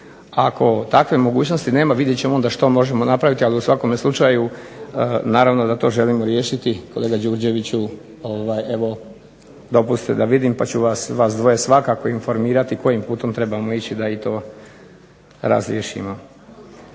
Ako takve mogućnosti nema vidjet ćemo onda što možemo napraviti, ali u svakome slučaju naravno da to želimo riješiti, kolega Đurđeviću evo dopustite da vidim pa ću vas, vas dvoje svakako informirati kojim putom trebamo ići da i to razriješimo.